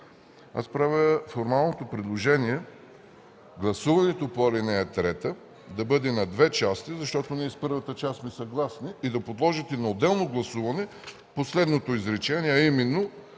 правя формалното предложение гласуването по ал. 3 да бъде на две части, защото ние с първата част сме съгласни, и да подложите на отделно гласуване последното изречение, а именно: